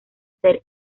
ser